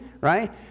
right